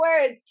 words